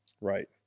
Right